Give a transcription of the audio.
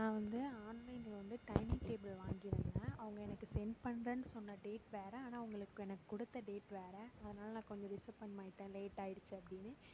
நான் வந்து ஆன்லைனில் வந்து டைனிங் டேபிள் வாங்கியிருந்தேன் அவங்க எனக்கு சென்ட் பண்ணுறேனு சொன்ன டேட் வேறு ஆனால் அவங்களுக்கு எனக்கு கொடுத்த டேட் வேறு அதனால நான் கொஞ்சம் டிசப்பாயின்ட்ம ஆகிட்டேன் லேட் ஆகிடுச்சி அப்படினு